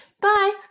Bye